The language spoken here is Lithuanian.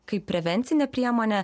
kaip prevencinę priemonę